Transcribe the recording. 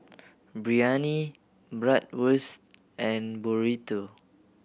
Biryani Bratwurst and Burrito